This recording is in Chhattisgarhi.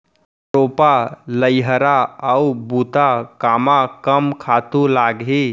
रोपा, लइहरा अऊ बुता कामा कम खातू लागही?